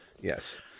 Yes